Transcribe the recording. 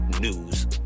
news